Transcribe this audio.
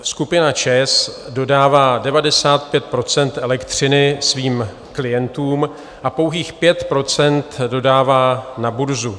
Skupina ČEZ dodává 95 % elektřiny svým klientům a pouhých 5 % dodává na burzu.